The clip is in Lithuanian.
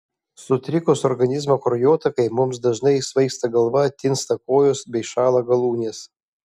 sutrikus organizmo kraujotakai mums dažnai svaigsta galva tinsta kojos bei šąla galūnės